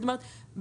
זאת אומרת,